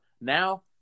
Now